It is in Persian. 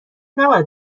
نباید